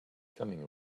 coming